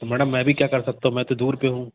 तो मैडम मैं भी क्या कर सकता हू मैं तो दूर पर हूँ